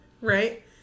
Right